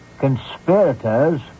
conspirators